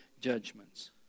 judgments